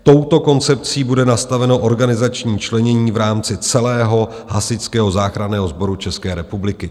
Touto koncepcí bude nastaveno organizační členění v rámci celého Hasičského záchranného sboru České republiky.